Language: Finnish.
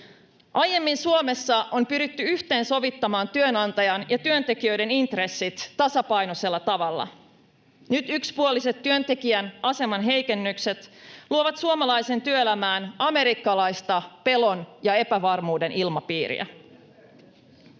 Aiemmin Suomessa on pyritty yhteensovittamaan työnantajan ja työntekijöiden intressit tasapainoisella tavalla. Nyt yksipuoliset työntekijän aseman heikennykset luovat suomalaiseen työelämään amerikkalaista pelon ja epävarmuuden ilmapiiriä.